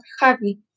happy